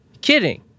kidding